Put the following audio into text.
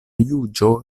juĝo